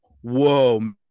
whoa